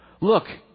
Look